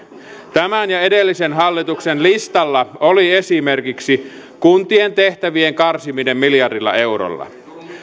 tämän ja edellisen hallituksen listalla oli esimerkiksi kuntien tehtävien karsiminen miljardilla eurolla